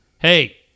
Hey